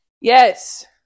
Yes